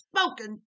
spoken